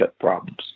problems